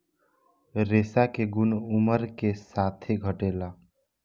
रेशा के गुन उमर के साथे घटेला